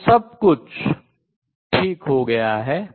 तो सब कुछ ठीक हो गया है